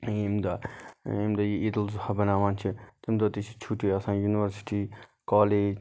ییٚمہِ دۄہ ییٚمہِ دۄہ یہِ عیٖدُلضُحی بَناوان چھِ تمہِ دۄہ تہِ چھِ چھُٹی آسان یونِیورسِٹی کالیٚج